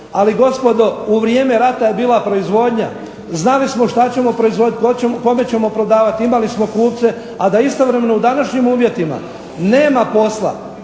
ali gospodo u vrijeme rata je bila proizvodnja, znali smo što ćemo proizvoditi, kome ćemo prodavati, imali smo kupce a da istodobno u današnjim uvjetima nema posla,